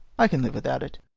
i can live without it.